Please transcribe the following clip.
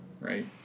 right